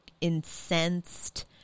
incensed